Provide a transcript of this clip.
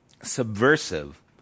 subversive